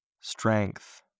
strength